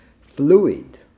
fluid